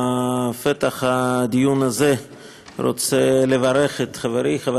בפתח הדיון הזה אני רוצה לברך את חברי חבר